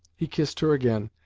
he kissed her again,